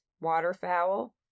waterfowl